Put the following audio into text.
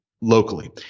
locally